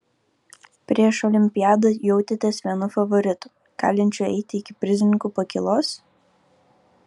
prieš olimpiadą jautėtės vienu favoritų galinčiu eiti iki prizininkų pakylos